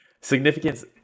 Significance